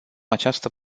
această